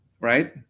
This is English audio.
right